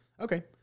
Okay